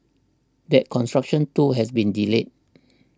that construction too has been delayed